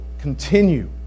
continue